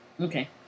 Okay